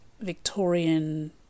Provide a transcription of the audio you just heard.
Victorian